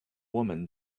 woman